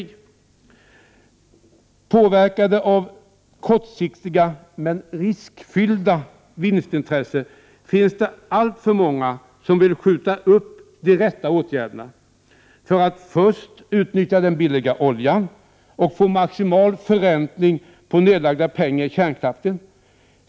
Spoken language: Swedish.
Det finns alltför många som, påverkade av kortsiktiga men riskfyllda vinstintressen, vill skjuta upp de rätta åtgärderna, för att först utnyttja den billiga oljan och få maximal förräntning på nedlagda pengar i kärnkraften.